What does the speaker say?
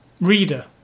Reader